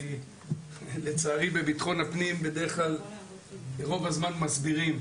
כי לצערי בביטחון הפנים בדרך כלל רוב הזמן מסבירים.